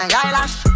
eyelash